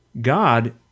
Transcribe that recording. God